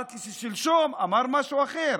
אבל כששלשום אמר משהו אחר,